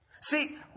See